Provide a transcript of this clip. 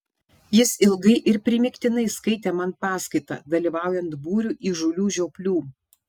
jis ilgai ir primygtinai skaitė man paskaitą dalyvaujant būriui įžūlių žioplių